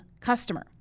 customer